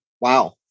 Wow